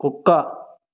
కుక్క